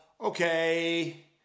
okay